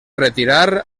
retirar